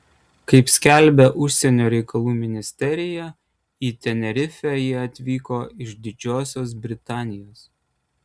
kaip skelbia užsienio reikalų ministerija į tenerifę jie atvyko iš didžiosios britanijos